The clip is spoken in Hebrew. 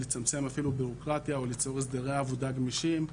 לצמצם אפילו ביורוקרטיה וליצור הסדרי עבודה גמישים,